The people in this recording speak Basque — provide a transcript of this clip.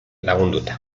lagunduta